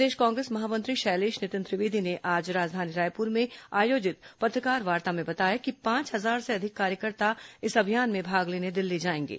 प्रदेश कांग्रेस महामंत्री शैलेष नितिन त्रिवेदी ने आज राजधानी रायपुर में आयोजित पत्रकारवार्ता में बताया कि पांच हजार से अधिक कार्यकर्ता इस अभियान में भाग लेने दिल्ली जाएंगे